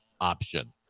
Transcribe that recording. option